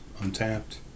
untapped